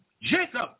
Jacob